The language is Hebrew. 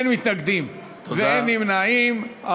ואין מתנגדים ואין נמנעים.